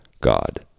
God